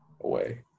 away